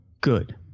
good